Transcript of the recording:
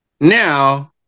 Now